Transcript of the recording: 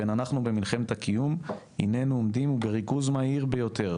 ואנחנו במלחמת הקיום הננו עומדים ובריכוז מהיר ביותר,